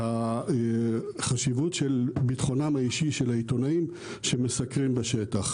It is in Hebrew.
והחשיבות של ביטחונם האישי של העיתונאים שמסקרים בשטח.